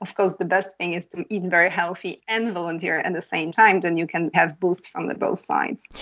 of course the best thing is to eat very healthy and volunteer at and the same time, then you can have boosts from both sides.